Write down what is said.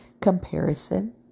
comparison